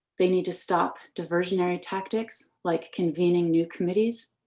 they need to stop diversion nary tactics like convening new committees.